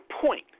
point